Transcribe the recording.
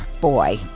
boy